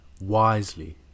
wisely